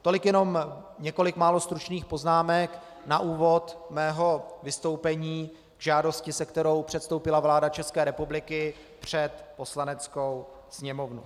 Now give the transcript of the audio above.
Tolik jenom několik málo stručných poznámek na úvod mého vystoupení k žádosti, se kterou předstoupila vláda České republiky před Poslaneckou sněmovnu.